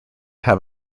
have